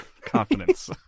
confidence